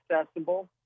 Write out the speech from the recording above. accessible